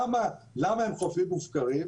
למה הם חופים מופקרים?